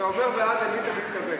כשאתה אומר "בעד", למי אתה מתכוון?